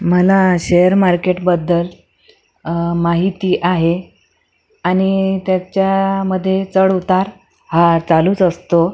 मला शेअर मार्केटबद्दल माहिती आहे आणि त्याच्यामध्ये चढउतार हा चालूच असतो